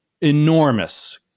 enormous